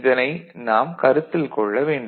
இதை நாம் கருத்தில் கொள்ள வேண்டும்